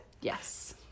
Yes